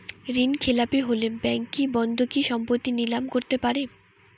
ঋণখেলাপি হলে ব্যাঙ্ক কি বন্ধকি সম্পত্তি নিলাম করতে পারে?